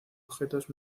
objetos